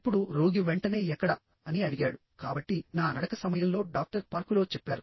ఇప్పుడురోగి వెంటనే ఎక్కడ అని అడిగాడు కాబట్టి నా నడక సమయంలో డాక్టర్ పార్కులో చెప్పారు